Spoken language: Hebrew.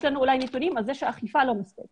יש לנו אולי נתונים על כך שהאכיפה לא מספקת